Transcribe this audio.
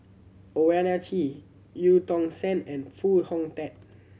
Owyang Chi Eu Tong Sen and Foo Hong Tatt